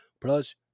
plus